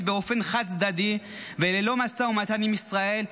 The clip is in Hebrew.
באופן חד-צדדי וללא משא ומתן עם ישראל,